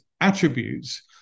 attributes